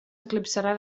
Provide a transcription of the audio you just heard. eclipsarà